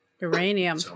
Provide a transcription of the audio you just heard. Uranium